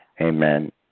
Amen